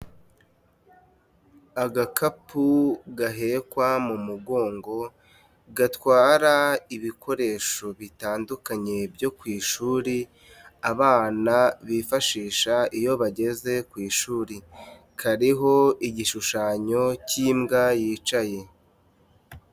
Agakapu gahekwa mu mugongo, gatwara ibikoresho bitandukanye byo ku ishuri, abana bifashisha iyo bageze ku ishuri. Kariho igishushanyo k'imbwa yicaye.